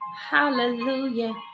hallelujah